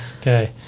Okay